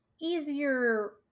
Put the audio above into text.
easier